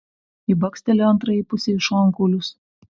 ji bakstelėjo antrajai pusei į šonkaulius